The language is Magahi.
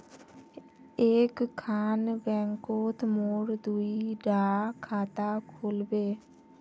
एक खान बैंकोत मोर दुई डा खाता खुल बे?